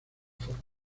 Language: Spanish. forma